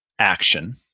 action